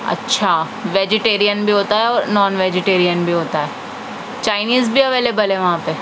اچھا ویجٹیرین بھی ہوتا ہے اور نان ویجیٹیرین بھی ہوتا ہے چائنیز بھی اویلیبل ہے وہاں پہ